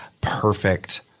perfect